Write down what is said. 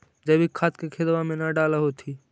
जैवीक खाद के खेतबा मे न डाल होथिं?